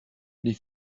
les